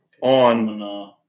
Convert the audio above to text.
on